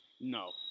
No